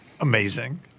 Amazing